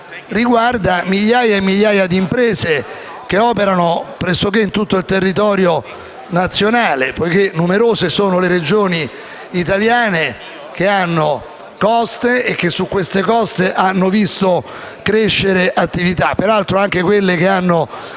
riguarda migliaia e migliaia di imprese che operano pressoché in tutto il territorio nazionale, poiché numerose sono le Regioni italiane che hanno coste su cui hanno visto crescere attività. [**Presidenza del vice